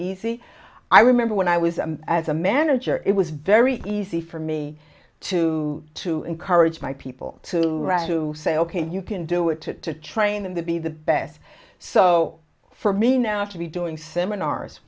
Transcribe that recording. easy i remember when i was as a manager it was very easy for me to to encourage my people to write to say ok you can do it to train them to be the best so for me now to be doing seminars